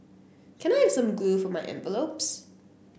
can I have some glue for my envelopes